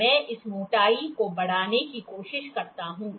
तो मैं इस मोटाई को बढ़ाने की कोशिश करता हूं